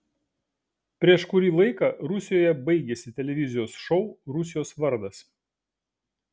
prieš kurį laiką rusijoje baigėsi televizijos šou rusijos vardas